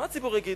מה הציבור יגיד?